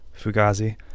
Fugazi